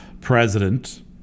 president